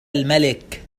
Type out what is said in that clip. الملك